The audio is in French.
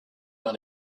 par